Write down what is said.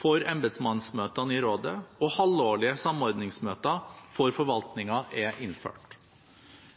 for embetsmannsmøtene i rådet, og halvårlige samordningsmøter for forvaltningen er innført.